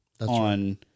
on